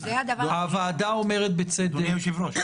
הוועדה אומרת בצדק --- אדוני היושב-ראש.